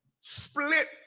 split